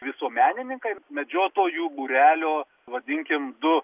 visuomenininkai medžiotojų būrelio vadinkim du